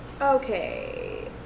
okay